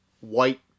white